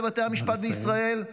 בבתי המשפט בישראל,